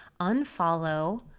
unfollow